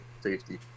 safety